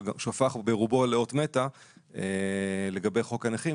שהפך, ברובו, לאות מתה לגבי חוק הנכים.